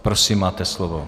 Prosím, máte slovo.